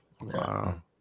Wow